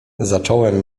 zacząłem